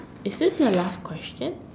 is this your last question